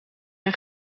hij